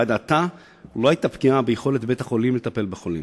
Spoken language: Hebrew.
ועד עתה לא היתה פגיעה ביכולת בית-החולים לטפל בחולים.